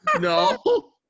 No